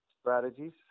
strategies